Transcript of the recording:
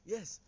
Yes